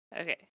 Okay